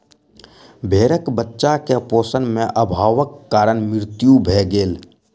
भेड़क बच्चा के पोषण में अभावक कारण मृत्यु भ गेल